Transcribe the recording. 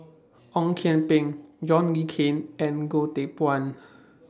Ong Kian Peng John Le Cain and Goh Teck Phuan